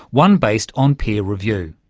one based on peer review.